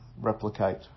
replicate